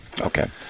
Okay